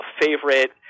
favorite